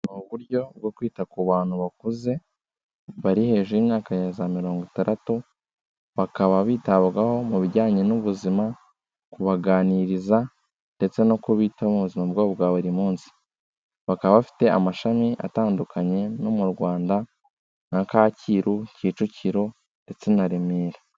Uburyo bwo kwita ku bantu bakuze bari hejuru y'imyaka ya za mirongo itandatu bakaba bitabwaho mu bijyanye n'ubuzima kubaganiriza ndetse no kubitaho mubuzima bwabo bwa buri munsi bakaba bafite amashami atandukanye no mu Rwanda nka kacyiru, kicukiro ndetse na Remera.